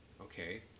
okay